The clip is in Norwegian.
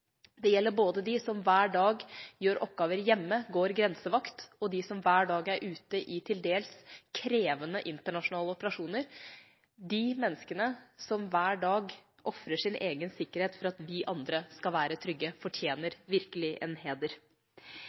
Det gjelder både de som hver dag gjør oppgaver hjemme, går grensevakt, og de som hver dag er ute i til dels krevende internasjonale operasjoner. De menneskene som hver dag ofrer sin egen sikkerhet for at vi andre skal være trygge, fortjener virkelig heder. Vi må sikre at en